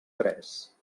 tres